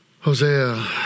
Hosea